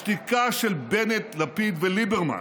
השתיקה של בנט, לפיד וליברמן